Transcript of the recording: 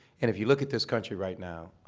and if you look at this country right now,